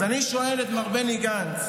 אז אני שואל את מר בני גנץ: